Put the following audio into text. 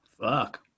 Fuck